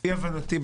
לפי הבנתי,